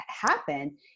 happen